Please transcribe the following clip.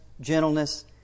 gentleness